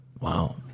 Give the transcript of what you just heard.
Wow